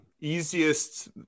easiest